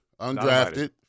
Undrafted